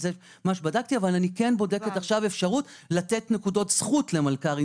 אבל אני בודקת אפשרות לתת נקודות זכות למלכ"רים.